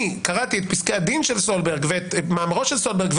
קרא את פסקי הדין של סולברג ואת מאמרו של סולברג,